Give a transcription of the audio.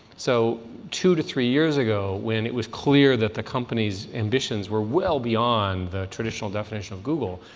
so two to three years ago, when it was clear that the company's ambitions were well beyond the traditional definition of google,